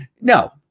No